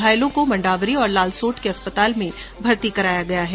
घायलों को मण्डावरी और लालसोट के अस्पताल में भर्ती कराया गया है